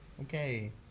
okay